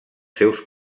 seus